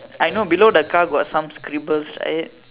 I know below the car got some scribbles right